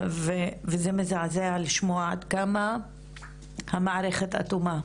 זה מזעזע לשמוע עד כמה המערכת אטומה.